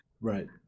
right